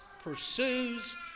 pursues